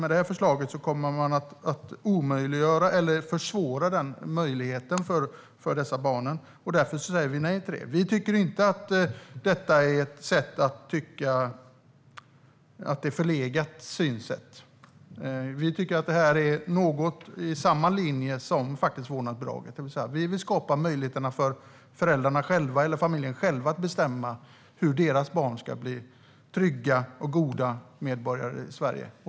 Med det här förslaget tror jag att man kommer att försvåra den möjligheten för dessa barn, och därför säger vi nej till det. Vi tycker inte att detta är ett förlegat synsätt. Vi tycker att det här är i samma linje som vårdnadsbidraget. Vi vill skapa möjligheter för föräldrarna och familjerna själva att bestämma hur barnen ska bli trygga och goda medborgare i Sverige.